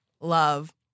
love